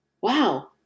wow